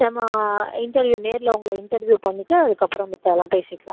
நம்ம இன்டர்வியூ நேரில் உங்களை இன்டர்வியூ பண்ணிவிட்டு அதுக்கப்புறம் மத்ததெல்லாம் பேசிக்கலாம்